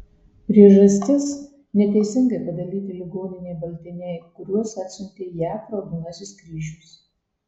priežastis neteisingai padalyti ligoninei baltiniai kuriuos atsiuntė jav raudonasis kryžius